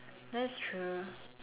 that's true